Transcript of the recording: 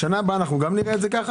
ברגע שמסתיימת הקורונה, הם הולכים הביתה.